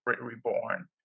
reborn